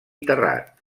terrat